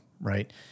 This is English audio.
right